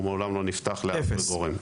הוא מעולם לא נפתח לאף גורם.